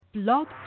Blog